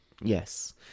yes